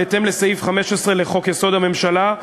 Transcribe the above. בהתאם לסעיף 15 לחוק-יסוד: הממשלה,